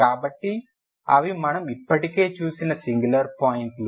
కాబట్టి అవి మనం ఇప్పటికే చూసిన సింగులర్ పాయింట్లు